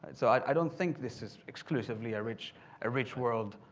so, i don't think this is exclusively a rich ah rich world,